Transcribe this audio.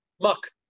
Muck